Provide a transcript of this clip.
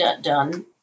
done